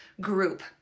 group